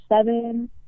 seven